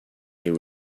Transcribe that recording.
new